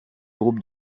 groupes